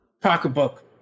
pocketbook